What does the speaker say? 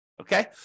Okay